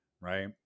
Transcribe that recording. right